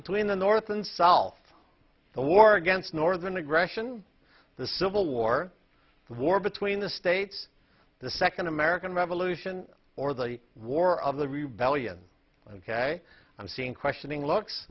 between the north and south the war against northern aggression the civil war the war between the states the second american revolution or the war of the rebellion ok i'm seeing questioning looks